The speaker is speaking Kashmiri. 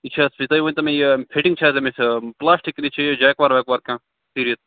یہِ چھا تُہۍ ؤنۍتَو مےٚ یہِ فِٹِنٛگ چھا حظ اَمِچ پلاسٹکٕچ چھےٚ یہِ جیٚکوار ویٚکوار کانٛہہ کٔرِتھ